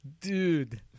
dude